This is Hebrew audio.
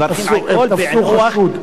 הם תפסו חשוד.